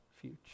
future